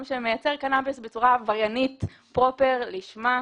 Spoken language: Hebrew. שמייצר קנאביס בצורה עבריינית פרופר לשמה.